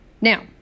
Now